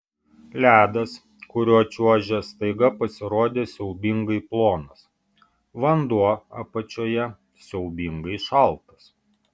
ledas kuriuo čiuožė staiga pasirodė siaubingai plonas vanduo apačioje siaubingai šaltas